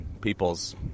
people's